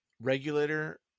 regulator